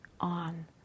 on